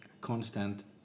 constant